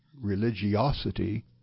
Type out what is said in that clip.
religiosity